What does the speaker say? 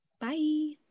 Bye